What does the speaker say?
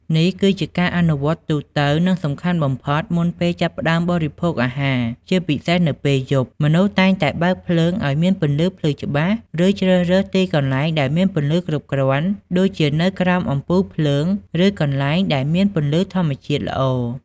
នេះគឺជាការអនុវត្តទូទៅ និងសំខាន់បំផុតមុនពេលចាប់ផ្តើមបរិភោគអាហារ ជាពិសេសនៅពេលយប់ មនុស្សតែងតែ បើកភ្លើង ឲ្យមានពន្លឺភ្លឺច្បាស់ ឬ ជ្រើសរើសទីកន្លែងដែលមានពន្លឺគ្រប់គ្រាន់ ដូចជានៅក្រោមអំពូលភ្លើង ឬកន្លែងដែលមានពន្លឺធម្មជាតិល្អ ។